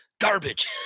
Garbage